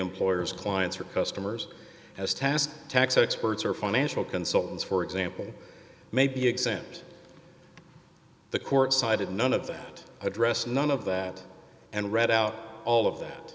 employer's clients or customers as task tax experts or financial consultants for example may be exempt the court sided none of that addressed none of that and read out all of that